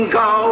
go